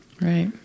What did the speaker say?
Right